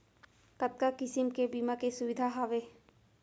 कतका किसिम के बीमा के सुविधा हावे?